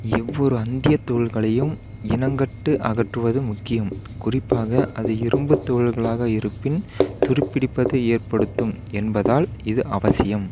எவ்வொரு அன்றிய துகள்களையும் இனங்கட்டு அகற்றுவது முக்கியம் குறிப்பாக அது இரும்புத் துகள்களாக இருப்பின் துருப்பிடிப்பது ஏற்படுத்தும் என்பதால் இது அவசியம்